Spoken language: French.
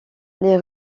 les